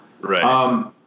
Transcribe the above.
Right